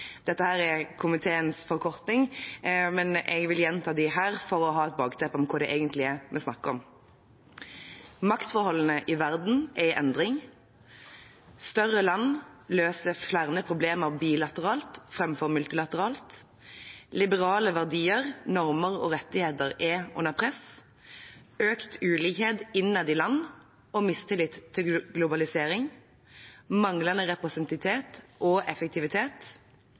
Dette er komiteens forkorting, men jeg vil gjenta dem her for å ha et bakteppe for hva det egentlig er snakk om. Maktforholdene i verden er i endring. Større land løser flere problemer bilateralt framfor multilateralt. Liberale verdier, normer og rettigheter er under press. Det er økt ulikhet innad i land og mistillit til globalisering. Det er manglende representativitet og effektivitet.